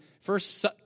first